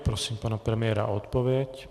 A prosím pana premiéra o odpověď.